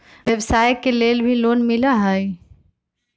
व्यवसाय के लेल भी लोन मिलहई?